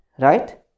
Right